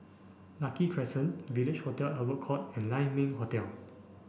Lucky Crescent Village Hotel Albert Court and Lai Ming Hotel